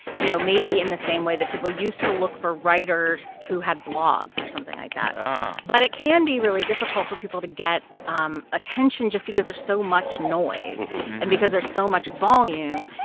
you know, maybe in the same way that people used to look for writers who had blogs or something like that oh but it can be really difficult for people to get um attention just because there's so much noise and because there's so much volume.